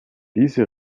diese